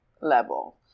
level